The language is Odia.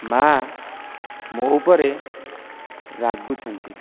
ମା ମୋ ଉପରେ ରାଗୁଛନ୍ତି